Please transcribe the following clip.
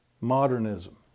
modernism